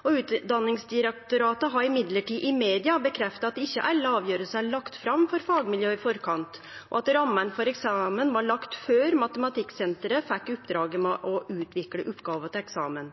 Utdanningsdirektoratet har imidlertid i media bekreftet at ikke alle avgjørelser er fremlagt for fagmiljøer i forkant, og at rammene for eksamen var lagt før Matematikksenteret fikk oppdraget med å utvikle oppgaver til eksamen.